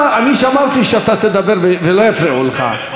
אתה, אני שמרתי שאתה תדבר ולא יפריעו לך,